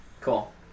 Cool